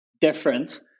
different